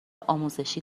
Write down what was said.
آموزشی